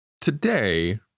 Today